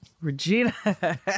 regina